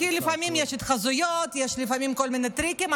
לפעמים יש התחזויות, לפעמים יש כל מיני טריקים.